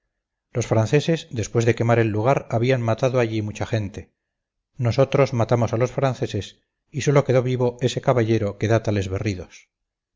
los franceses después de quemar el lugar habían matado allí mucha gente nosotros matamos a los franceses y sólo quedó vivo ese caballero que da tales berridos